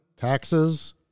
taxes